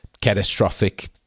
catastrophic